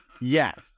Yes